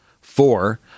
four